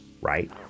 right